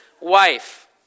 wife